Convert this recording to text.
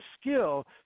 skill